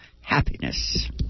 happiness